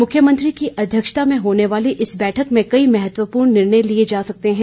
मुख्यमंत्री की अध्यक्षता में होने वाली इस बैठक में कई महत्वपूर्ण निर्णय लिए जा सकते हैं